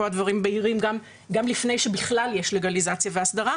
פה הדברים בהירים גם לפני שבכלל יש לגליזציה והסדרה,